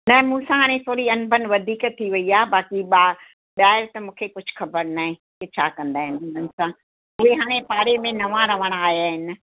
न मूंसां हाणे थोरी अनभन वधीक थी वेई आहे बाक़ी ॿा ॿाहिरि त मूंखे कुझु ख़बरु नाहे की छा कंदा आहिनि उन्हनि सां उहे हाणे पाड़े में नवां रहणु आया आहिनि